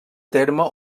terme